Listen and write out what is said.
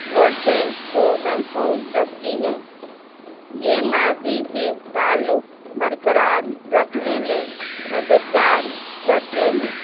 ورثے کو محفوظ رکھتی ہے یہ ماضی سے تعلق برقرار رکھنے میں مددگار کرتے ہیں